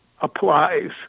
applies